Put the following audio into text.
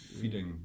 feeding